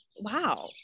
wow